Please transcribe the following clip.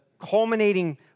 culminating